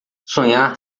sonhar